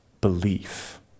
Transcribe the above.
belief